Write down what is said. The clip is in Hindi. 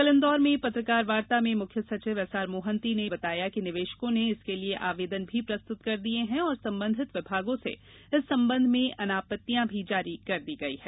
कल इन्दौर में पत्रकार वार्ता में मुख्य सचिव एसआर मोहंती ने पत्रकार वार्ता में बताया कि निवेशको ने इसके लिए आवेदन भी प्रस्तुत कर दिये हैं और संबंधित विभागों से इस संबंध में अनापत्तियां भी जारी कर दी गई है